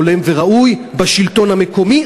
הולם וראוי בשלטון המקומי,